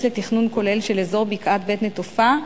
לתכנון כולל של אזור בקעת בית-נטופה,